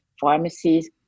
pharmacies